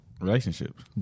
relationships